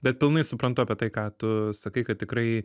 bet pilnai suprantu apie tai ką tu sakai kad tikrai